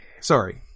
Sorry